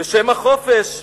בשם החופש.